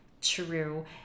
true